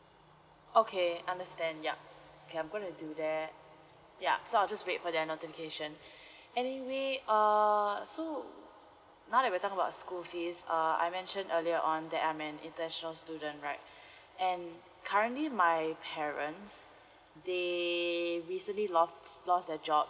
okay understand yup okay I'm gonna do that yup so I'll just wait for their notification anyway uh so now that we're talking about school fees uh I mentioned earlier on that I'm an international student right and currently my parents they recently lost lost their job